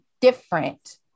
different